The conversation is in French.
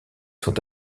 sont